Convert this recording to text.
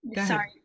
sorry